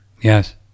Yes